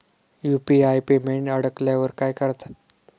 UPI payment अडकल्यावर काय करतात?